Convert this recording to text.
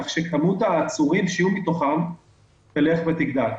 כך שכמות העצורים מתוכם תלך ותגדל.